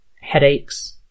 headaches